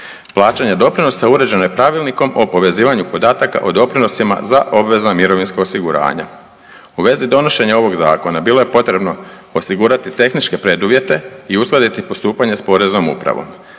plaćanja doprinosa uređeno je Pravilnikom o povezivanju podataka o doprinosima za obvezna mirovinska osiguranja. U vezi donošenja ovog zakona bilo je potrebno osigurati tehničke preduvjete i uskladiti postupanje s poreznom upravom.